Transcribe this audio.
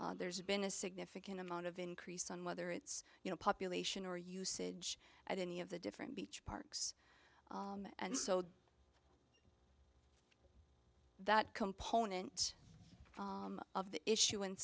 there's been a significant amount of increase on whether it's you know population or usage at any of the different beach parks and so that component of the issu